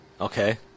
Okay